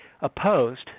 opposed